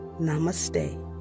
Namaste